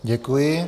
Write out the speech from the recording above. Děkuji.